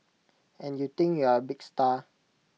and you think you're A big star